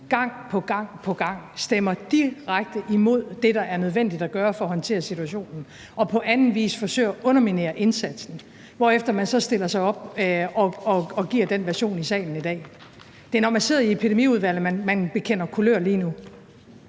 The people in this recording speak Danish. Alliance gang på gang stemmer direkte imod det, der er nødvendigt at gøre for at håndtere situationen, og på anden vis forsøger at underminere indsatsen, hvorefter man så stiller sig op og giver den version i salen i dag. Det er, når man sidder i Epidemiudvalget, man bekender kulør lige nu.